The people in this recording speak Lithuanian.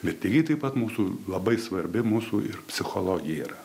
ir lygiai taip pat mūsų labai svarbi mūsų ir psichologija yra